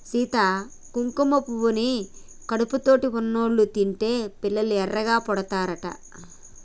సీత కుంకుమ పువ్వుని కడుపుతోటి ఉన్నోళ్ళు తింటే పిల్లలు ఎర్రగా పుడతారట